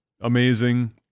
amazing